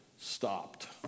stopped